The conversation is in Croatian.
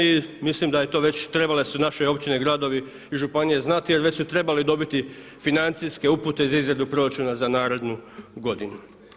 I mislim da je to već trebale su naše općine i gradovi i županije znati jer već su trebali dobiti financijske upute za izradu proračuna za narednu godinu.